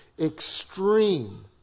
Extreme